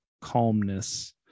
calmness